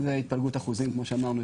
זו התפלגות אחוזים, כמו שאמרנו.